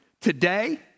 Today